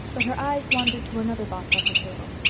but her eyes wandered to another box on her table.